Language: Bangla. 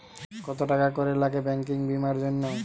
কত টাকা করে লাগে ব্যাঙ্কিং বিমার জন্য?